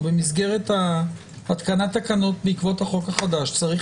במסגרת התקנת התקנות בעקבת החוק החדש צריך